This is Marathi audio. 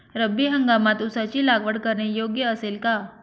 रब्बी हंगामात ऊसाची लागवड करणे योग्य असेल का?